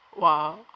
Wow